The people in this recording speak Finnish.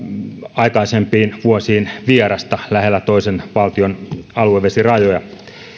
aikaisempiin vuosiin nähden vierasta lähellä toisen valtion aluevesirajoja